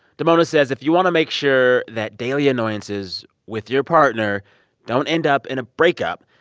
damona says if you want to make sure that daily annoyances with your partner don't end up in a breakup,